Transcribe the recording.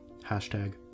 hashtag